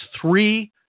three